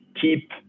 keep